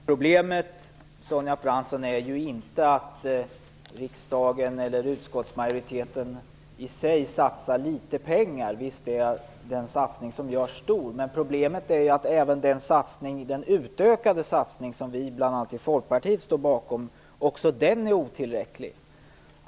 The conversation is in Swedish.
Herr talman! Problemet är inte att riksdagen eller utskottsmajoriteten i sig satsar litet pengar, för visst är den satsning som görs stor. Problemet är i stället att även den utökade satsning som bl.a. vi i Folkpartiet står bakom är otillräcklig.